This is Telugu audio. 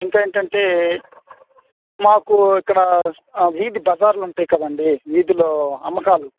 ఇంకా ఏమిటి అంటే మాకు ఇక్కడ వీధి బజారులు ఉంటాయి కదండి వీధిలో అమ్మకాలు